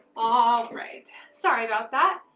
all right, sorry about that.